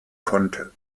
konnte